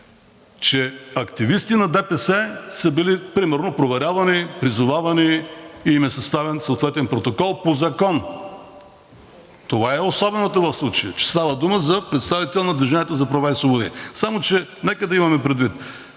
че активисти на ДПС са били примерно проверявани, призовавани и им е съставен съответен протокол по закон. Това е особеното в случая – че става дума за представител на „Движение за права и свободи“. Само че нека да имаме предвид